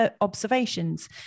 observations